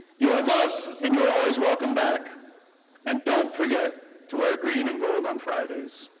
you are loved and you are always welcome back and don't forget to wear green and gold on fridays.